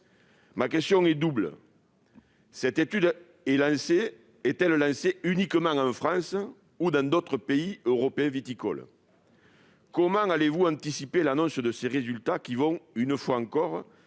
ma question est double : cette étude est-elle lancée uniquement en France ou également dans d'autres pays européens viticoles ? Comment allez-vous anticiper l'annonce de ces résultats, qui vont, une fois encore,